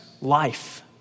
life